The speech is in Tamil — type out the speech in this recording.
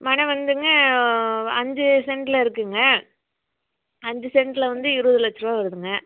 மனை வந்துங்க அஞ்சு செண்ட்ல இருக்குதுங்க அஞ்சு செண்ட்ல வந்து இருபது லட்ச ரூபா வருதுங்க